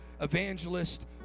evangelist